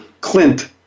Clint